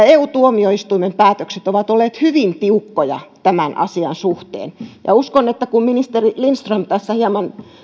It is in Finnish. eu tuomioistuimen päätökset ovat olleet hyvin tiukkoja tämän asian suhteen uskon että kun ministeri lindström tässä hieman